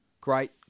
great